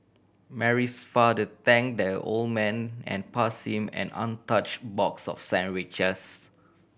Mary's father thank the old man and pass him an untouch box of sandwiches